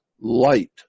Light